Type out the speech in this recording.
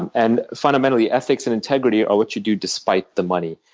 and and fundamentally, ethics and integrity are what you do despite the money.